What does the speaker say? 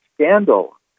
scandal